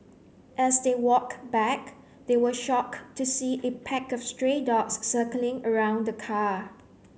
as they walked back they were shocked to see a pack of stray dogs circling around the car